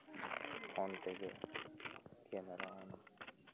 phone ᱛᱮᱜᱮ camera ᱦᱚᱸ